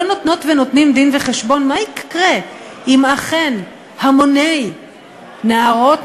לא נותנות ונותנים דין-וחשבון מה יקרה אם אכן המוני נערות,